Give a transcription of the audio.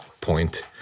point